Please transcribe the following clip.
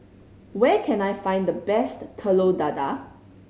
where can I find the best Telur Dadah